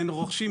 אין רוכשים.